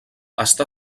està